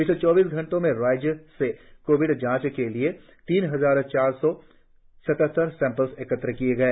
पिछले चौबीस घंटे में राज्यभर से कोविड जांच के लिए तीन हजार चार सौ सतहत्तर सैंपल एकत्र किए गए